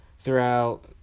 throughout